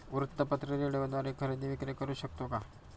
वृत्तपत्र, रेडिओद्वारे खरेदी विक्री करु शकतो का?